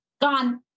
Gone